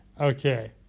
okay